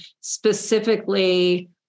specifically